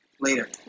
later